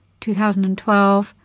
2012